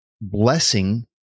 blessing